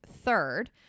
third